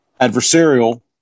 adversarial